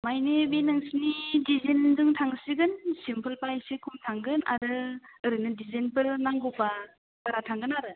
मानि बे नोंसिनि डिजाइनजों थांसिगोन सिमफोलब्लालाय एसे खम थांगोन आरो ओरैनो डिजाइनफोर नांगौब्ला बारा थांगोन आरो